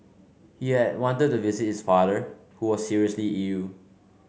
he had wanted to visit his father who was seriously ill